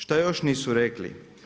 Šta još nisu rekli?